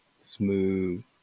smooth